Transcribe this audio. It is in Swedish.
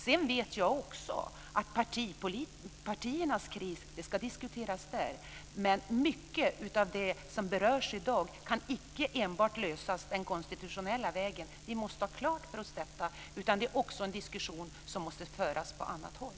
Sedan vet jag också att partiernas kris ska diskuteras där, men mycket av det som berörs i dag kan icke enbart lösas den konstitutionella vägen. Vi måste ha detta klart för oss. Detta är en diskussion som måste föras också på annat håll.